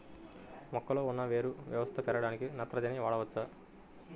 మొక్కలో ఉన్న వేరు వ్యవస్థ పెరగడానికి నత్రజని వాడవచ్చా?